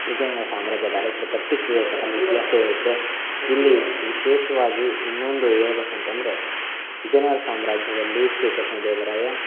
ವಿಜಯನಗರ ಸಾಮ್ರಾಜ್ಯದ ಅರಸರು ಕಟ್ಟಿಸಿರತಕ್ಕಂತಹ ಇತಿಹಾಸ ಹೇಳುತ್ತೆ ಇಲ್ಲಿ ವಿಶೇಷವಾಗಿ ಇನ್ನೊಂದು ಹೇಳ್ಬೇಕು ಅಂತಂದರೆ ವಿಜಯನಗರ ಸಾಮ್ರಾಜ್ಯದಲ್ಲಿ ಶ್ರೀ ಕೃಷ್ಣ ದೇವರಾಯ